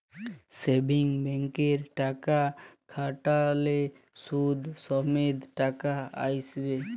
savings ব্যাংকে টাকা খ্যাট্যাইলে সুদ সমেত টাকা আইসে